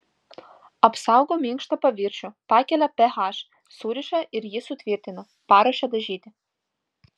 apsaugo minkštą paviršių pakelia ph suriša ir jį sutvirtina paruošia dažyti